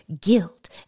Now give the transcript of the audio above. guilt